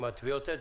עם טביעות אצבע.